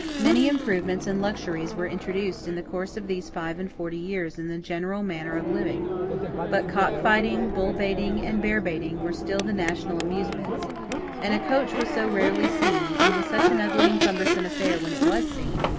many improvements and luxuries were introduced in the course of these five-and-forty years in the general manner of living but cock-fighting, bull-baiting, and bear-baiting, were still the national amusements and a coach was so rarely seen, and was such an ugly and cumbersome affair when it was seen,